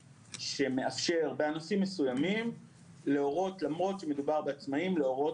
שמאפשר בנושאים מסוימים ולמרות שמדובר בעצמאים להורות